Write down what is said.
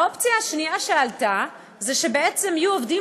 האופציה השנייה שעלתה זה שבעצם יהיו עובדים